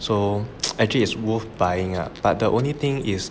so actually it's worth buying lah but the only thing is